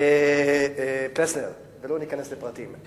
פלסנר, לא ניכנס לפרטים.